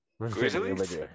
Grizzlies